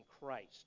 Christ